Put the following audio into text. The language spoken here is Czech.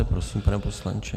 Prosím, pane poslanče.